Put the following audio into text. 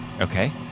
Okay